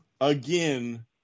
again